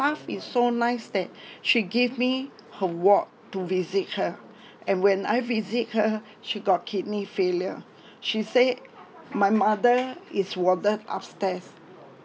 is so nice that she gave me her ward to visit her and when I visit her she got kidney failure she said my mother is warded upstairs